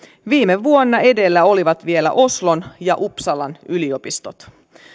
viime vuonna edellä olivat vielä oslon ja uppsalan yliopistot